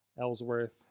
Ellsworth